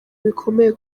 bikomeye